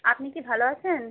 আপনি কি ভালো আছেন